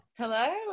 Hello